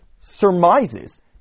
surmises